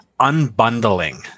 unbundling